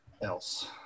else